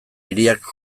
hiriak